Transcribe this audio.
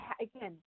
again